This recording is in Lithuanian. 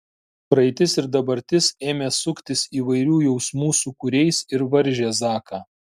praeitis ir dabartis ėmė suktis įvairių jausmų sūkuriais ir varžė zaką